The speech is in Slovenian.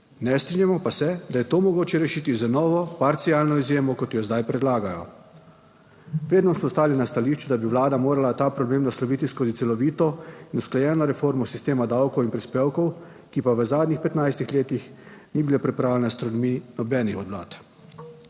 Ne strinjamo pa se, da je to mogoče rešiti z novo parcialno izjemo, kot jo zdaj predlagajo. Vedno smo stali na stališču, da bi vlada morala ta problem nasloviti skozi celovito in usklajeno reformo sistema davkov in prispevkov, ki pa v zadnjih 15 letih ni bila pripravljena s strani nobenih vlad.